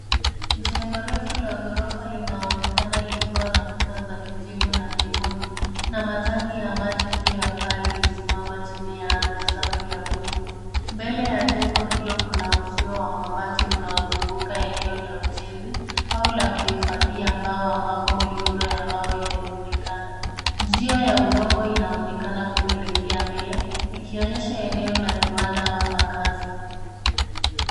Jengo refu la ghorofa linaonekana likiwa na kuta za kijivu na nyekundu na matangi ya maji juu ya paa likisimama chini ya anga safi la buluu. Mbele ya jengo hilo kuna uzio wa mabati unaozunguka eneo la ujenzi au la kuhifadhia mbao ambapo mirundo ya mbao imerundikana. Njia ya udongo inaonekana kuelekea mbele ikionyesha eneo la viwanda au makazi.